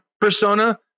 persona